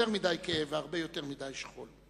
יותר מדי כאב והרבה יותר מדי שכול.